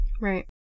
Right